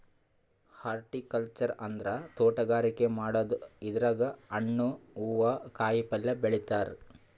horticulture ಅಂದ್ರ ತೋಟಗಾರಿಕೆ ಮಾಡದು ಇದ್ರಾಗ್ ಹಣ್ಣ್ ಹೂವಾ ಕಾಯಿಪಲ್ಯ ಬೆಳಿತಾರ್